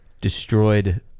destroyed